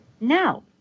now